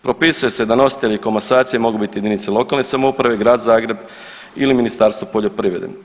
Propisuje se da nositelji komasacije mogu biti jedinice lokalne samouprave, grad Zagreb ili Ministarstvo poljoprivrede.